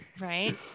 Right